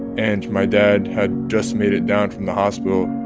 and my dad had just made it down from the hospital.